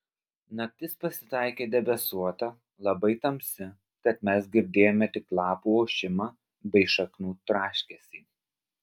naktis pasitaikė debesuota labai tamsi tad mes girdėjome tik lapų ošimą bei šaknų traškesį